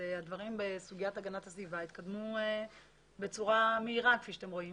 הדברים בסוגיית הגנת הסביבה התקדמו בצורה מהירה כפי שאתם רואים